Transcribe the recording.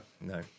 No